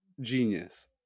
Genius